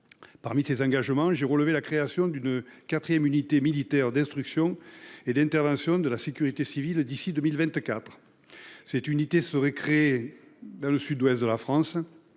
Parmi ces engagements, j'ai relevé la création d'une quatrième unité militaire d'instruction et d'intervention de la sécurité civile d'ici à 2024. Cette unité serait créée dans le sud-ouest de la France,